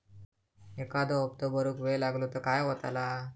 एखादो हप्तो भरुक वेळ लागलो तर काय होतला?